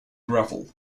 gravel